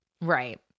right